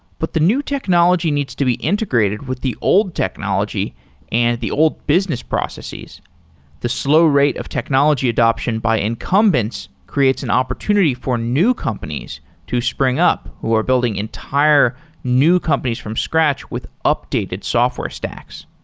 but the new technology needs to be integrated with the old technology and the old business processes the slow rate of technology adoption by incumbents creates an opportunity for new companies to spring up, who are building entire new companies from scratch with updated software stacks.